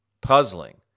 puzzling